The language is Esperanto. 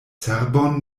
cerbon